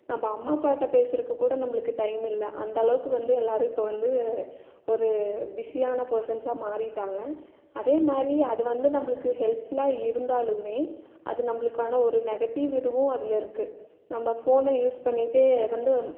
நம்ம அம்மா அப்பாட்ட பேசுகிறக்கு கூட நம்மளுக்கு டைம் இல்லை அந்தளவுக்கு வந்து எல்லோரும் இப்போ வந்து ஒரு பிஸியான பேர்சன்ஸாக மாறிட்டாங்க அதே மாதிரி அது வந்து நம்மளுக்கு ஹெல்ப்ஃபுல்லாக இருந்தாலுமே அது நம்மளுக்கான ஒரு நெகட்டிவ் இதுவும் அதில் இருக்குது நம்ம ஃபோனை யூஸ் பண்ணிகிட்டே வந்து